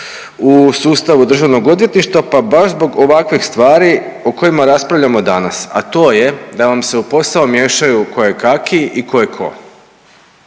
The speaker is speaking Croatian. u sustavu državnog odvjetništva, pa baš zbog ovakvih stvari o kojima raspravljamo danas, a to je da vam se u posao miješaju kojekakvi i kojetko,